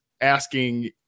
asking